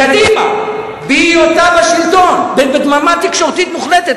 קדימה בהיותה בשלטון ובדממה תקשורתית מוחלטת,